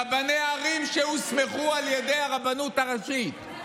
רבני ערים שהוסמכו על ידי הרבנות הראשית.